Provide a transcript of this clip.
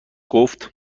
گفت